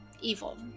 evil